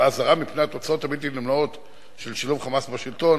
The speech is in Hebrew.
והאזהרה מפני התוצאות הבלתי-נמנעות של שילוב "חמאס" בשלטון,